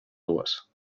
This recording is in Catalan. dues